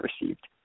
received